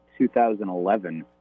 2011